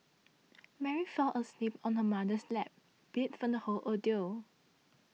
Mary fell asleep on her mother's lap beat from the whole ordeal